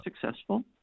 successful